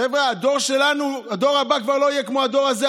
חבר'ה, הדור הבא כבר לא יהיה כמו הדור הזה.